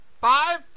Five